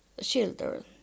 children